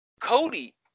Cody